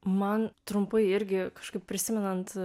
man trumpai irgi kažkaip prisimenant